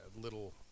little